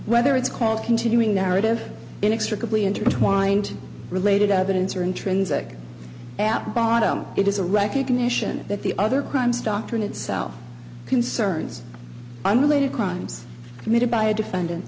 whether it's called continuing narrative inextricably intertwined related evidence or intrinsic app bottom it is a recognition that the other crimes doctrine itself concerns unrelated crimes committed by a defendant